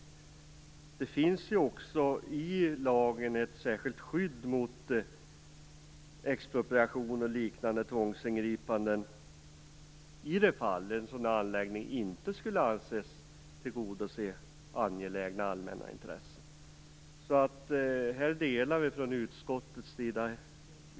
I lagen finns det ju också ett särskilt skydd mot expropriation och liknande tvångsingripanden i de fall en sådan anläggning inte skulle anses tillgodose angelägna allmänna intressen.